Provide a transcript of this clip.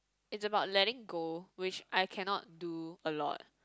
is about letting go which I cannot do a lot